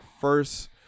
first